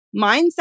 Mindset